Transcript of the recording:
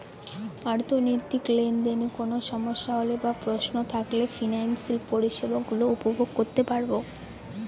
অর্থনৈতিক লেনদেনে কোন সমস্যা হলে বা প্রশ্ন থাকলে ফিনান্সিয়াল পরিষেবা গুলো উপভোগ করতে পারবো